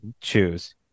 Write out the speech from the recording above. choose